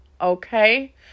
Okay